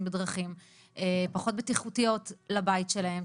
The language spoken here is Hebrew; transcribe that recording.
בדרכים פחות בטיחותיות לבית שלהם,